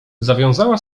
zawiązała